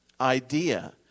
idea